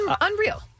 Unreal